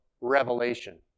revelation